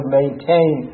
maintain